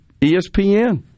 ESPN